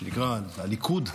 שנקראת "הליכוד",